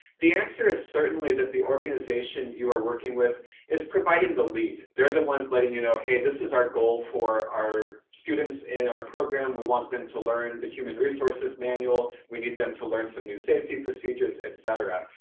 the answer is certainly that the organization you are working with is providing the lead. they're the ones letting you know, hey, this is our goal for our students in our program. we want them to learn the human resources manual, we need them to learn some new safety procedures, et cetera.